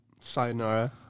Sayonara